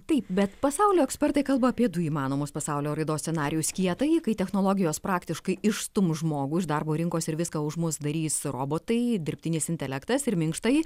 taip bet pasaulio ekspertai kalba apie du įmanomus pasaulio raidos scenarijus kietąjį kai technologijos praktiškai išstums žmogų iš darbo rinkos ir viską už mus darys robotai dirbtinis intelektas ir minkštąjį